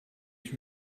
ich